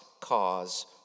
cause